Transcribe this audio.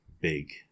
big